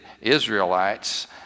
Israelites